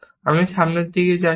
আমি সামনের দিকে যাচ্ছি